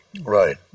Right